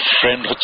friend